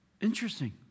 Interesting